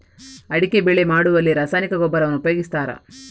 ಅಡಿಕೆ ಬೆಳೆ ಮಾಡುವಲ್ಲಿ ರಾಸಾಯನಿಕ ಗೊಬ್ಬರವನ್ನು ಉಪಯೋಗಿಸ್ತಾರ?